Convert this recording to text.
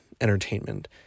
entertainment